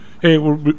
hey